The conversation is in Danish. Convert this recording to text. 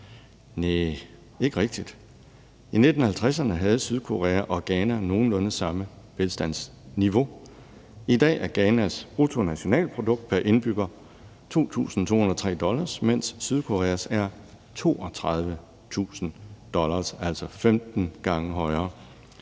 Næh, ikke rigtig. I 1950'erne havde Sydkorea og Ghana nogenlunde samme velstandsniveau. I dag er Ghanas bruttonationalprodukt pr. indbygger i 2.203 dollar, mens Sydkoreas er 32.000 dollar, altså 15 gange højere.